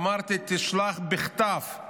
אמרתי: תשלח בכתב.